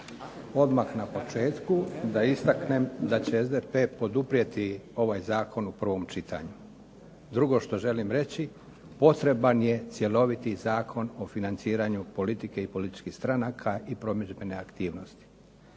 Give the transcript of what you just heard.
Odmah na početku da istaknem da će SDP poduprijeti ovaj zakon u prvom čitanju. Drugo što želim reći, potreban je cjeloviti Zakon o financiranju politike i političkih stranaka i promidžbene aktivnosti.